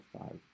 five